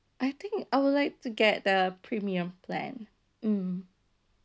I think I would like to get the premium plan mm